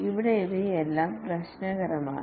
ഇവിടെ ഇവയെല്ലാം പ്രശ്നകരമാണ്